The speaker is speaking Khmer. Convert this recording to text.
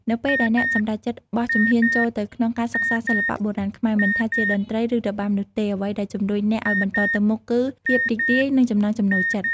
នៅពេលដែលអ្នកសម្រេចចិត្តបោះជំហានចូលទៅក្នុងការសិក្សាសិល្បៈបុរាណខ្មែរ មិនថាជាតន្ត្រី ឬរបាំនោះទេ អ្វីដែលជំរុញអ្នកឱ្យបន្តទៅមុខគឺ ភាពរីករាយ និងចំណង់ចំណូលចិត្ត។